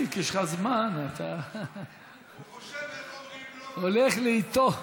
הוא הולך לאיטו.